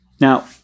Now